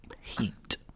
Heat